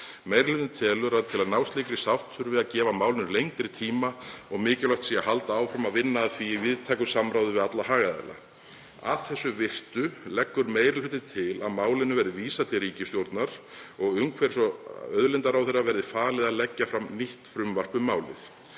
reyndar telja að búið sé að gera — „þurfi að gefa málinu lengri tíma og mikilvægt sé að halda áfram að vinna að því í víðtæku samráði við alla hagaðila. Að þessu virtu leggur meiri hlutinn til að málinu verði vísað til ríkisstjórnarinnar og umhverfis- og auðlindaráðherra verði falið að leggja fram nýtt frumvarp um málið